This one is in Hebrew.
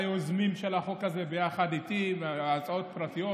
ליוזמים של החוק הזה ביחד איתי בהצעות פרטיות,